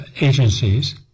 agencies